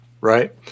right